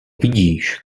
vidíš